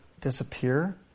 disappear